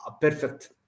perfect